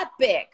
epic